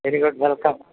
very good welcome